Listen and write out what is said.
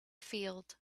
field